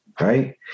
right